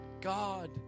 God